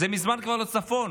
זה מזמן כבר לא צפון.